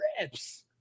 rips